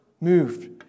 moved